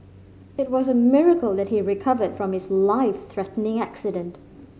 it was a miracle that he recovered from his life threatening accident